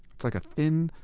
like a thin,